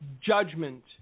judgment